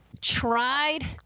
tried